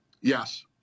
Yes